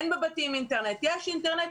אין בבתים אינטרנט, יש אינטרנט,